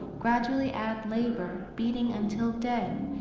gradually add labor, beating until dead.